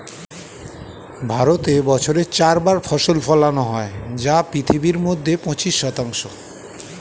ভারতে বছরে চার বার ফসল ফলানো হয় যা পৃথিবীর মধ্যে পঁচিশ শতাংশ